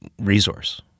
resource